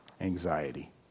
anxiety